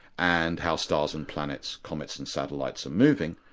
and how stars and planets, comets and satellites are moving,